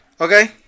okay